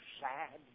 sad